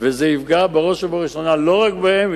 וזה יפגע לא רק בהם אלא בראש ובראשונה גם בנו.